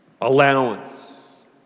Allowance